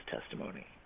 testimony